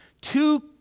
two